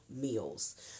meals